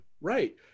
right